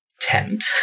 tent